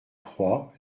croix